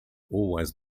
always